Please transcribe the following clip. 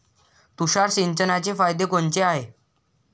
तुषार सिंचनाचे फायदे कोनचे हाये?